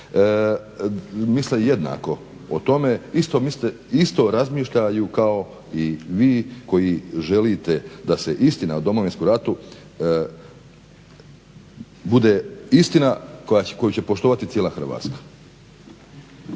misle jednako o tome, isto razmišljaju kao i vi koji želite da se istina o Domovinskom ratu bude istina koju će poštovati cijela Hrvatska.